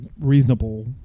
reasonable